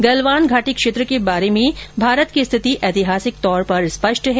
गलवान घाटी क्षेत्र के बारे में भारत की स्थिति ऐतिहासिक तौर पर स्पष्ट है